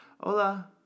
Hola